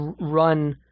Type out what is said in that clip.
run